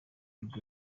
nibwo